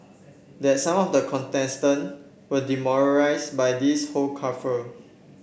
that some of the contestants were demoralised by this whole kerfuffle